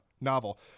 novel